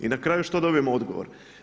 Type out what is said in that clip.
I na kraju što dobijemo odgovor?